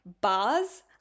bars